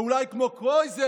או אולי כמו קרויזר,